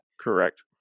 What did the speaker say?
Correct